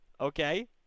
Okay